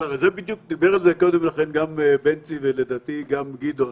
אבל על זה בדיוק דיבר קודם גם בנצי ולדעתי גם גדעון,